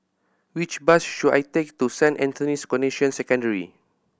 which bus should I take to Saint Anthony's Canossian Secondary